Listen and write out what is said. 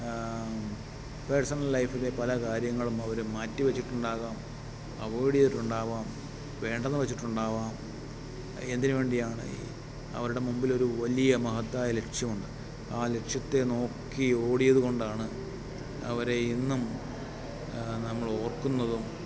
personal ലൈഫിൻ്റെ പല കാര്യങ്ങളുമവർ മാറ്റി വെച്ചിട്ടുണ്ടാകാം അവോയ്ഡ് ചെയ്തിട്ടുണ്ടാകാം വേണ്ടെന്നു വെച്ചിട്ടുണ്ടാകാം എന്തിനു വേണ്ടി ആണ് ഈ അവരുടെ മുമ്പിലൊരു വലിയ മഹത്തായ ലക്ഷ്യമുണ്ട് ആ ലക്ഷ്യത്തെ നോക്കി ഓടിയത് കൊണ്ടാണ് അവരെ ഇന്നും നമ്മളോർക്കുന്നതും